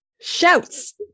shouts